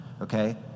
okay